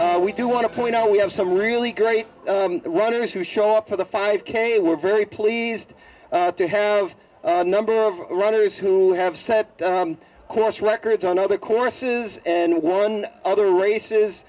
poor we do want to point out we have some really great runners who show up for the five k we're very pleased to have a number of runners who have said course records on other courses and one other race